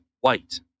white